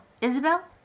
Isabel